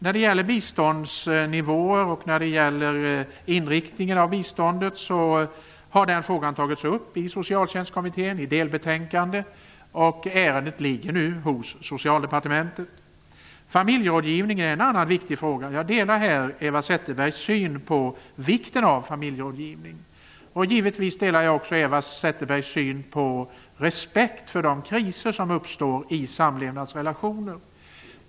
Frågan om biståndsnivåer och inriktningen av biståndet har tagits upp i Socialtjänstkommittén i ett delbetänkande, och ärendet ligger nu hos Familjerådgivning är en annan viktig fråga. Jag delar Eva Zetterbergs syn på vikten av familjerådgivning. Givetvis delar jag också hennes syn på respekten för de kriser som uppstår i samlevnadsrelationer.